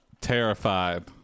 terrified